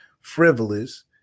frivolous